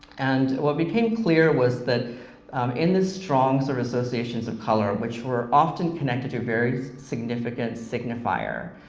and what became clear was that in the strong so associations of color, which were often connected to very significant signifier,